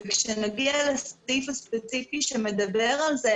כשנגיע לסעיף הספציפי שמדבר על זה,